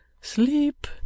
Sleep